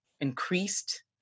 increased